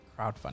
crowdfunding